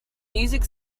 music